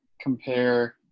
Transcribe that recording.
compare